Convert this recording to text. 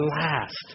last